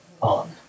on